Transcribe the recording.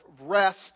rest